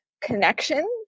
connection